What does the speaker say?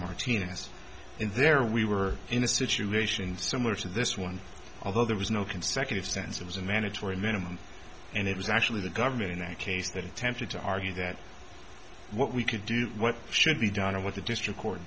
martinez and there we were in a situation similar to this one although there was no consecutive sense it was a mandatory minimum and it was actually the government in that case that attempted to argue that what we could do what should be done and what the district court